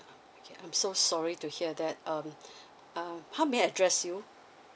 okay I'm so sorry to hear that um uh how may I address you